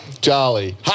jolly